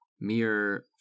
mere